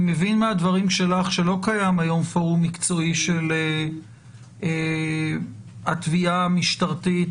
אני מבין מהדברים שלך שלא קיים היום פורום מקצועי של התביעה המשטרתית,